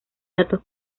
datos